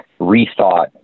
rethought